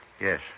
Yes